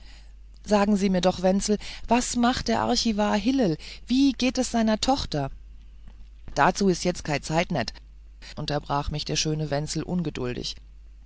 sagen sie mir doch wenzel was macht der archivar hillel und wie geht es seiner tochter dazu ist jetz keine zeit nicht unterbrach mich der schöne wenzel ungeduldig